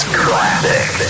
classic